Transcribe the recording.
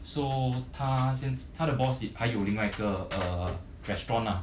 so 他先他的 boss it 还有另外一个 uh restaurant lah